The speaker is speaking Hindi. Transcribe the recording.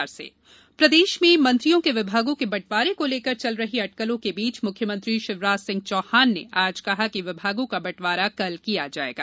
प्रदेश मंत्रिमंडल प्रदेश में मंत्रियों के विभागों के बंटवारे को लेकर चल रही अटकलों के बीच मुख्यमंत्री शिवराज सिंह चौहान ने आज कहा कि विभागों का बंटवारा कल किया जायेगा